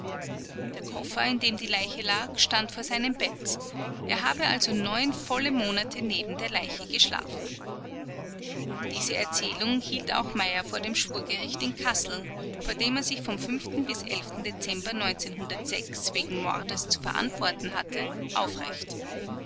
der koffer in dem die leiche lag stand vor seinem bett er habe also neun volle monate neben der leiche geschlafen diese erzählung hielt auch meyer vor dem schwurgericht in kassel vor dem er sich vom bis dezember wegen mordes zu verantworten hatte aufrecht